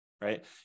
right